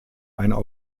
einer